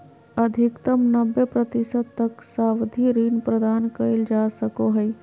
अधिकतम नब्बे प्रतिशत तक सावधि ऋण प्रदान कइल जा सको हइ